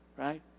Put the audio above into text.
right